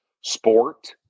sport